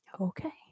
Okay